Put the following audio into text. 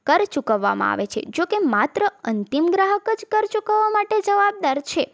કર ચૂકવવામાં આવે છે જો કે માત્ર અંતિમ ગ્રાહક જ કર ચૂકવવા માટે જવાબદાર છે